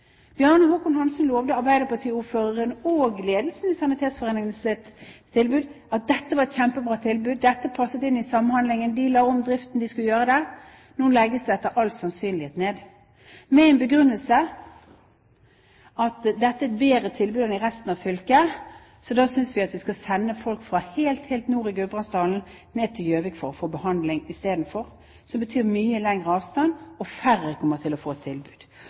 arbeiderpartiordføreren og ledelsen i Sanitetsforeningen at dette var et kjempebra tilbud, dette passet inn i samhandlingen – de la om driften, de skulle gjøre det. Nå legges det etter all sannsynlighet ned med den begrunnelse at dette er et bedre tilbud enn i resten av fylket, så da synes vi at vi skal sende folk fra helt nord i Gudbrandsdalen til Gjøvik for å få behandling, noe som betyr mye lengre avstand, og færre kommer til å få et tilbud.